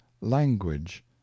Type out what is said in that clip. Language